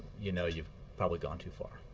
you know you've probably gone too far.